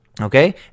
Okay